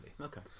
okay